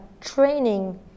training